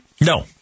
No